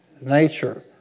nature